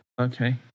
Okay